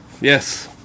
Yes